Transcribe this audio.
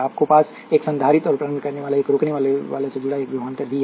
अब हमारे पास एक संधारित्र और प्रारंभ करने वाला और एक रोकने वाला से जुड़ा एक विभवांतर v है